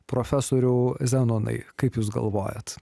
profesoriau zenonai kaip jūs galvojat